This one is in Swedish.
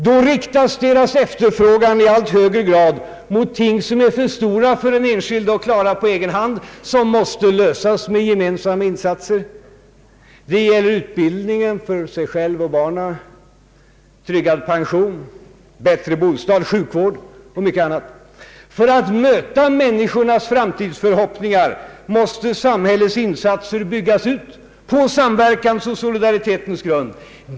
Då riktas deras efterfrågan i allt högre grad mot ting som är för stora för den enskilde att klara på egen hand, ting som måste ordnas med gemensamma insatser — utbildningen för dem själva och barnen, tryggad pension, bättre bostad, sjukvård och mycket annat. För att möta människornas framtidsförhoppningar måste samhällets insatser byggas ut på samverkans och solidaritetens grund.